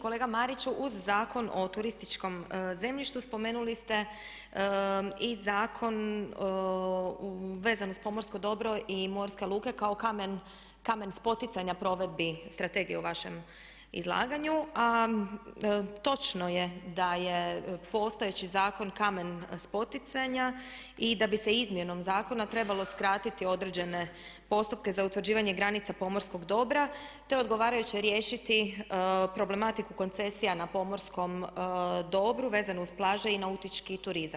Kolega Mariću, uz Zakon o turističkom zemljištu, spomenuli ste i Zakon vezano uz pomorsko dobro i morske luke kao kamen spoticanja provedbi strategije u vašem izlaganju, a točno je da je postojeći zakon kamen spoticanja i da bi se izmjenom zakona trebalo skratiti određene postupke za utvrđivanje granica pomorskog dobra te odgovarajuće riješiti problematiku koncesija na pomorskom dobru vezano uz plaže io nautički turizam.